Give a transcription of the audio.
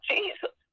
Jesus